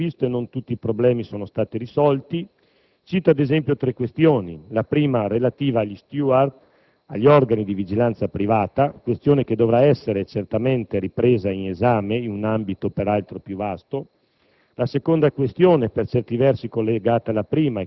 E' chiaro che, come per ogni legge, non tutto è stato previsto e non tutti i problemi sono stati risolti. Cito, ad esempio, tre questioni: la prima è quella relativa agli *steward*, gli organi di vigilanza privata, questione che dovrà essere certamente ripresa in esame, in un ambito peraltro più vasto;